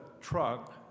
truck